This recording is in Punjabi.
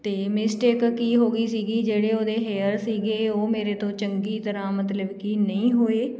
ਅਤੇ ਮਿਸਟੇਕ ਕੀ ਹੋ ਗਈ ਸੀਗੀ ਜਿਹੜੇ ਉਹਦੇ ਹੇਅਰ ਸੀਗੇ ਉਹ ਮੇਰੇ ਤੋਂ ਚੰਗੀ ਤਰ੍ਹਾਂ ਮਤਲਬ ਕਿ ਨਹੀਂ ਹੋਏ